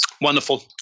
Wonderful